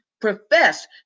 profess